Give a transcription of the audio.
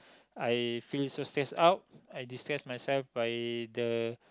I feel so stress out I distress myself by the